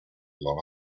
long